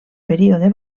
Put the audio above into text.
període